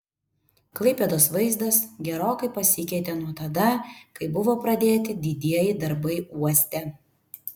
klaipėdos vaizdas gerokai pasikeitė nuo tada kai buvo pradėti didieji darbai uoste